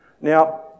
Now